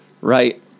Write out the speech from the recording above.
Right